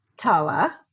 Tala